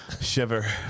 Shiver